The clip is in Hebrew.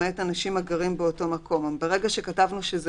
למעט אנשים הגרים באותו מקום." ברגע שכתבנו שזה